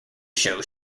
show